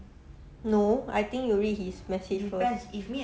no I think you will read his message first